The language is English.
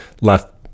left